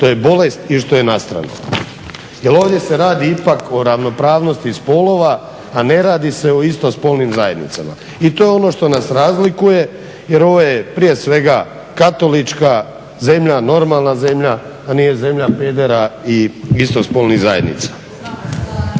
što je bolest i što je nastrano, jer ovdje se radi ipak o ravnopravnosti spolova a ne radi se o isto spolnim zajednicama. I to je ono što nas razlikuje, jer ovo je prije svega katolička zemlja, normalna zemlja, a nije zemlja pedera i istospolnih zajednica.